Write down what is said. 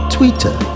Twitter